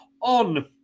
on